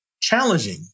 challenging